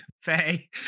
Faye